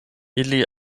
ili